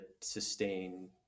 sustain